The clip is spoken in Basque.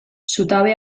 zutabe